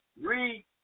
read